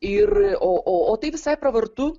ir o o tai visai pravartu